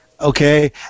Okay